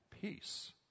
peace